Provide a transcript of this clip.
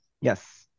Yes